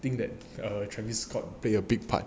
think that travis scott play a big part